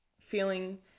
feeling